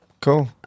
cool